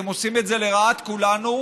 הם עושים את זה לרעת כולנו,